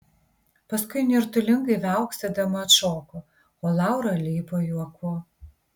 paskui nirtulingai viauksėdama atšoko o laura leipo juoku